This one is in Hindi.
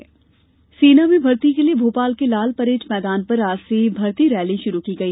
सेना भर्ती रैली सेना में भर्ती के लिए भोपाल के लाल परेड मैदान पर आज से भर्ती रैली शुरू की गई